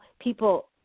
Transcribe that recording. people